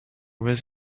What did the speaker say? was